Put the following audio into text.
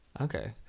Okay